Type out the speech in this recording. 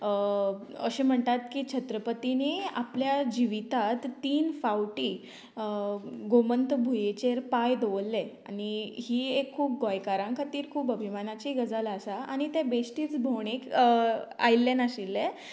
अशें म्हणटात की छत्रपतींनी आपल्या जिवितांत तीन फावटी गोमंत भुंयेचेर पांय दवरले आनी ही एक खूब गोंयकारां खातीर खूब अभिमानाची गजाल आसा आनी ते बेश्टीच भोंवडेक आयल्ले नाशिल्ले